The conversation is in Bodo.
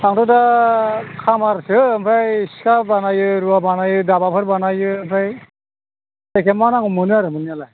आंथ' दा खामारसो ओमफ्राय सिखा बानायो रुवा बानायो दाबाफोर बानायो ओमफ्राय जायखिजाया मा नांगौ मोनो आरो मोननायालाय